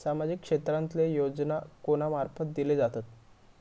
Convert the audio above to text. सामाजिक क्षेत्रांतले योजना कोणा मार्फत दिले जातत?